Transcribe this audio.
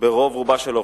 ברוב רובה של האוכלוסייה,